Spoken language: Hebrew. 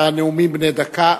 נאומים בני דקה.